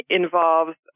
involves